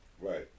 right